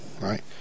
Right